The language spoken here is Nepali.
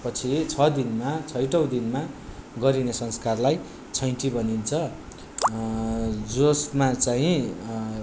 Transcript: पछि छ दिनमा छैटौँ दिनमा गरिने संस्कारलाई छैटी भनिन्छ जसमा चाहिँ